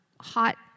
hot